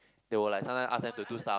they will like sometime ask them to do stuff